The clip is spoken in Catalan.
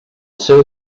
seu